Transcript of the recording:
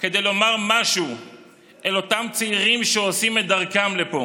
כדי לומר משהו לאותם צעירים שעושים את דרכם לפה: